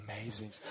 amazing